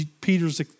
Peter's